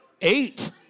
Eight